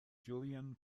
julien